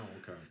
Okay